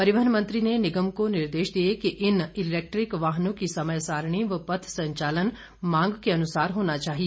परिवहन मंत्री ने निगम को निर्देश दिए कि इन इलैक्ट्रिक वाहनों की समय सारिणी व पथ संचालन मांग के अनुसार होना चाहिए